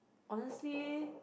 honestly